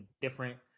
different